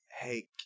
hey